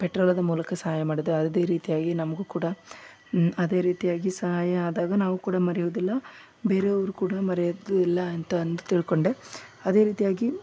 ಪೆಟ್ರೋಲದ ಮೂಲಕ ಸಹಾಯ ಮಾಡುದು ಅದೇ ರೀತಿಯಾಗಿ ನಮಗೂ ಕೂಡ ಅದೇ ರೀತಿಯಾಗಿ ಸಹಾಯ ಆದಾಗ ನಾವು ಕೂಡ ಮರೆಯುವುದಿಲ್ಲ ಬೇರೆಯವರು ಕೂಡ ಮರೆಯೋದಿಲ್ಲ ಅಂತ ಅಂದು ತಿಳ್ಕೊಂಡೆ ಅದೇ ರೀತಿಯಾಗಿ